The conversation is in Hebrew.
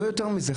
לא יותר מזה,